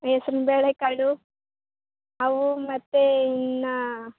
ಹೆಸರುಬೇಳೆ ಕಾಳು ಅವು ಮತ್ತೆ ಇನ್ನು